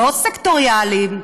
לא סקטוריאליים.